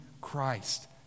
Christ